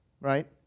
right